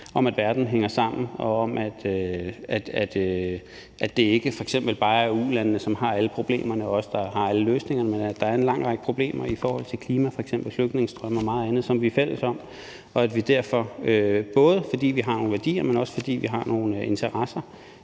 om, at verden hænger sammen, og det om, at det f.eks. ikke bare er u-landene, som har alle problemerne, og os, der har alle løsningerne. Der er en lang række problemer i forhold til klima og meget andet, som vi er fælles om, og at vi derfor, både fordi vi har nogle værdier, men også fordi vi har nogle interesser,